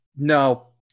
No